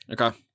Okay